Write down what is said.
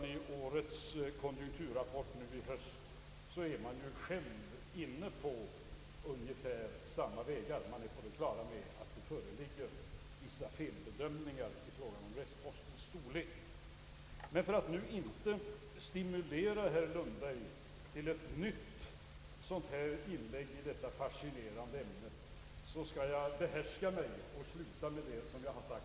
I årets konjunkturrapport i höst är konjunkturinstitutet självt inne på ungefär samma vägar, eftersom man är på det klara med att det föreligger vissa felbedömningar i fråga om restpostens storlek. För att nu inte stimulera herr Lundberg till ett nytt inlägg i detta fascinerande ämne skall jag behärska mig och sluta med vad jag här har sagt.